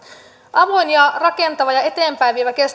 avoin ja rakentava ja eteenpäinvievä